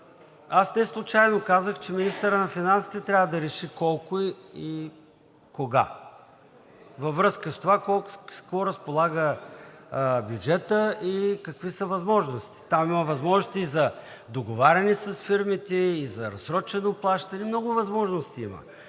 я. Неслучайно казах, че министърът на финансите трябва да реши колко и кога, във връзка с това с какво разполага бюджетът и какви са възможностите. Там има възможности за договаряне с фирмите и за разсрочено плащане. Много възможности има.